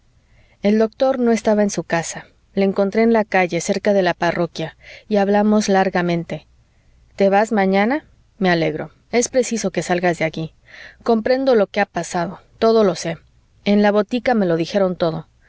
el doctor no estaba en su casa le encontré en la calle cerca de la parroquia y hablamos largamente te vas mañana me alegro es preciso que salgas de aquí comprendo lo que ha pasado todo lo sé en la botica me lo dijeron todo